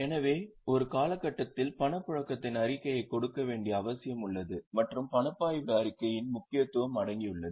எனவே ஒரு காலகட்டத்தில் பணப்பாய்வின் அறிக்கையை கொடுக்க வேண்டிய அவசியம் உள்ளது மற்றும் பணப்பாய்வு அறிக்கையின் முக்கியத்துவம் அடங்கியுள்ளது